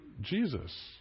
Jesus